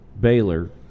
Baylor